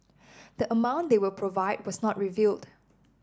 the amount they will provide was not revealed